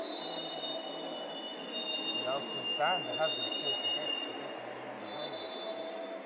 remembering how i love thy company. and i'll still stand, to have thee still forget, forgetting any other home but this.